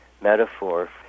metaphor